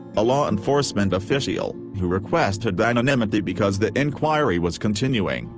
a law enforcement official, who requested but anonymity because the inquiry was continuing,